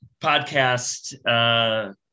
podcast